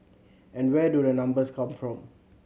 and where do the numbers come from